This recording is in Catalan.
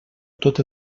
tot